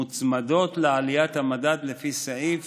מוצמדות לעליית המדד לפי סעיף